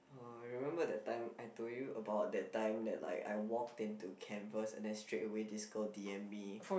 uh I remember that time I told you about that time that like I walked into canvas and then straight away this girl D_M me